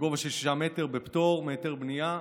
גובה של 6 מטרים, בפטור מהיתר בנייה,